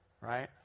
right